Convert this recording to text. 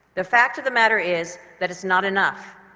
the fact of the matter is that it's not enough.